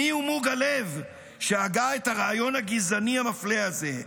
מיהו מוג הלב שהגה את הרעיון הגזעני המפלה הזה,